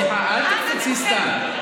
סליחה, אל תקפצי סתם.